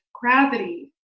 gravity